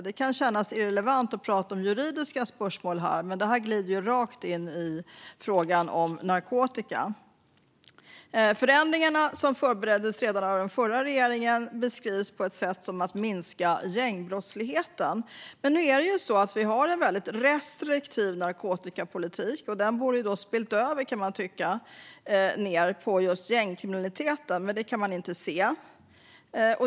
Det kan kännas irrelevant att prata om juridiska spörsmål, men detta glider rakt in i frågan om narkotika. Förändringarna, som förbereddes redan av den förra regeringen, beskrivs som ett sätt att minska gängbrottsligheten. Vi har ju en väldigt restriktiv narkotikapolitik. Det går att tycka att den borde ha spillt över på gängkriminaliteten, men det kan man inte se.